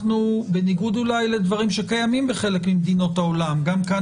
בניגוד אולי לדברים שקיימים בחלק ממדינות העולם גם כאן